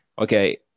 Okay